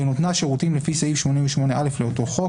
בנותנה שירותים לפי סעיף 88א לאותו חוק,